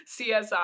CSI